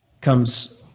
comes